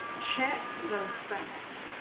check those facts,